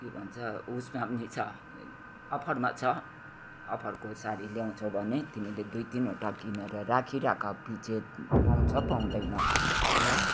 के भन्छ उसमा पनि छ अफरमा छ अफरको साडी ल्याउँछौ भने तिमीले दुई तिनवटा किनेर राखिराख पिछे पाउँछ पाउदैन ल